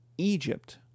Egypt